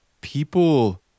people